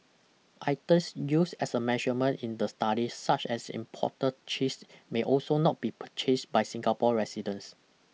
items used as a measurement in the study such as imported cheese may also not be purchased by Singapore residents